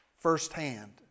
Firsthand